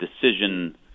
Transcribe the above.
decision